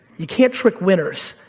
you can't trick winners.